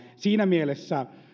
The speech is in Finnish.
siinä mielessä